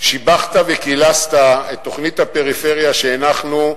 שיבחת וקילסת את תוכנית הפריפריה שהנחנו,